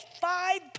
five